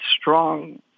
strong